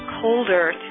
colder